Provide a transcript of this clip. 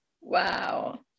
wow